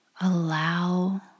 Allow